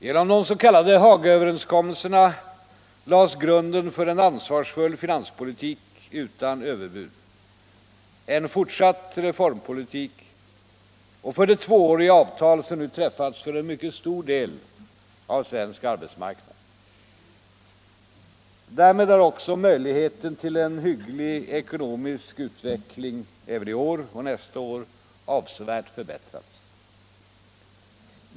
Genom de s.k. Hagaöverenskommelserna lades grunden för en ansvarsfull finanspolitik utan överbud, för en fortsatt reformpolitik och för det tvååriga avtal som nu träffats för en mycket stor del av svensk arbetsmarknad. Därmed har möjligheten till en hygglig ekonomisk utveckling också i år och nästa år avsevärt förbättrats.